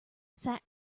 sat